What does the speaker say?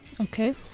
Okay